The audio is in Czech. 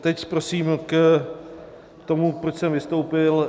Teď prosím k tomu, proč jsem vystoupil.